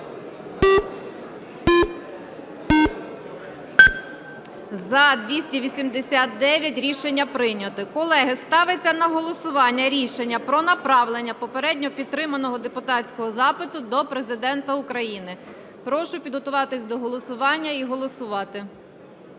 За-289 Рішення прийнято. Колеги, ставиться на голосування рішення про направлення попереднього підтриманого депутатського запиту до Президента України. Прошу підготуватись до голосування і голосувати.